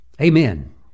Amen